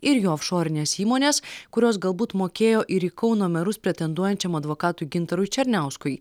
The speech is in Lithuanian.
ir jo ofšorinės įmonės kurios galbūt mokėjo ir į kauno merus pretenduojančiam advokatui gintarui černiauskui